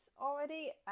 already